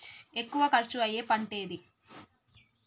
ఎక్కువ ఖర్చు అయ్యే పంటేది?